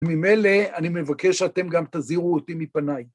ממלא אני מבקש שאתם גם תזהירו אותי מפניי.